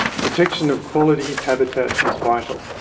protection of quality habitat is vital.